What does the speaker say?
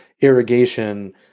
irrigation